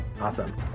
Awesome